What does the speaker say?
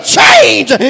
change